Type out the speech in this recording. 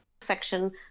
section